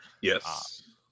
Yes